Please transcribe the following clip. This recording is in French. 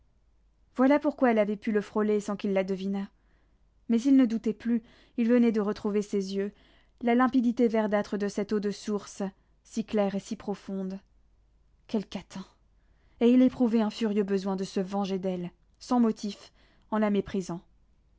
voilà pourquoi elle avait pu le frôler sans qu'il la devinât mais il ne doutait plus il venait de retrouver ses yeux la limpidité verdâtre de cette eau de source si claire et si profonde quelle catin et il éprouvait un furieux besoin de se venger d'elle sans motif en la méprisant